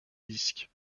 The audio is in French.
disques